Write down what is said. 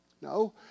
No